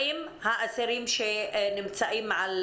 האם האסירים שנמצאים על